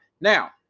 Now